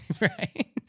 Right